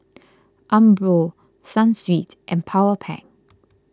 Umbro Sunsweet and Powerpac